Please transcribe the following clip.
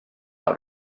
awr